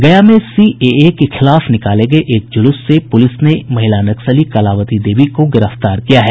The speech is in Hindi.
गया में सीएए के खिलाफ निकाले गये एक जुलूस से पुलिस ने महिला नक्सली कलावती देवी को गिरफ्तार किया है